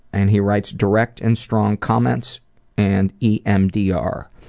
and he writes, direct and strong comments and emdr.